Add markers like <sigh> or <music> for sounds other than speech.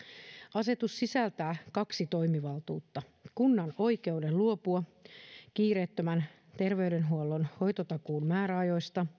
asetus sisältää kaksi toimivaltuutta kunnan oikeuden luopua kiireettömän terveydenhuollon hoitotakuun määräajoista <unintelligible>